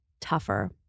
tougher